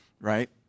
right